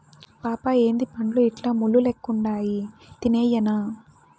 పాపా ఏందీ పండ్లు ఇట్లా ముళ్ళు లెక్కుండాయి తినేయ్యెనా